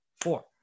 four